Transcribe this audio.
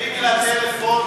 "ביומו תתן שכרו".